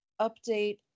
update